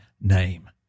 name